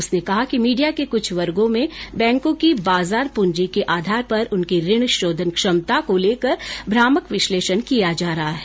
उसने कहा कि मीडिया के कुछ वर्गो में बैंकों की बाजार पृंजी के आधार पर उनकी ऋण शोधन क्षमता को लेकर भ्रामक विश्लेषण किया जा रहा है